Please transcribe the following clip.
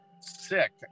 sick